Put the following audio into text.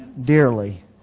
dearly